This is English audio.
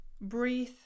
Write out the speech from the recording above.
breathe